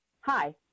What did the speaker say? hi